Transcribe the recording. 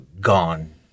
gone